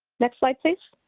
next slide please.